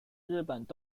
日本